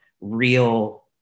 real